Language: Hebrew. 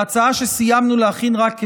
ההצעה, שסיימנו להכין רק אתמול,